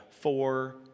four